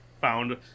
found